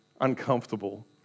Uncomfortable